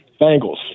Bengals